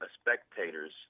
spectator's